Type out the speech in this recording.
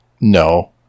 No